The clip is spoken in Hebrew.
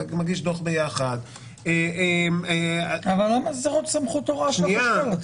אתה מגיש דוח ביחד --- אבל למה זה צריך להיות סמכות הוראה של החשכ"ל?